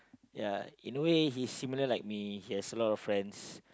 ya in a way he's similar like me he has lot of friends